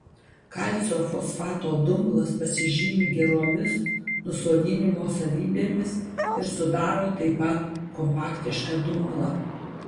kalcio fosfato dumblas pasižymi geromis nusodinimo savybėmis ir sudaro taip pat kompaktišką dumblą